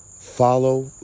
follow